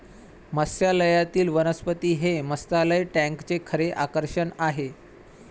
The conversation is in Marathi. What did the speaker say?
मत्स्यालयातील वनस्पती हे मत्स्यालय टँकचे खरे आकर्षण आहे